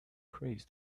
crazy